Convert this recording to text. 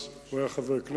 אז הוא היה חבר כנסת,